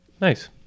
Nice